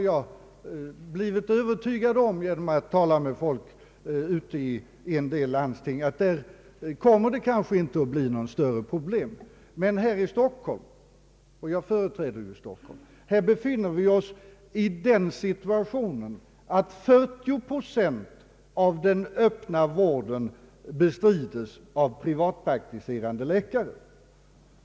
Jag har genom att tala med folk ute i en del landsting blivit övertygad om att det kanske inte kommer att bli några större problem där. Men här i Stockholm — och jag företräder ju Stockholm — befinner vi oss i den situationen att 40 procent av den öppna vården bestrids av privatpraktiserande läkare.